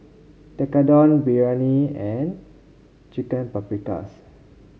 Tekkadon Biryani and Chicken Paprikas